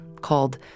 called